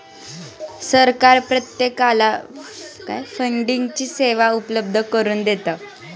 सरकार प्रत्येकाला फंडिंगची सेवा उपलब्ध करून देतं